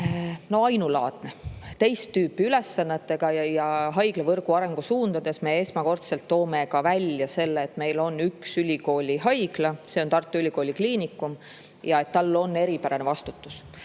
on ainulaadne, teist tüüpi ülesannetega. Haiglavõrgu arengusuundades me toome esmakordselt välja, et meil on üks ülikooli haigla, see on Tartu Ülikooli Kliinikum, ja et tal on eripärane vastutus.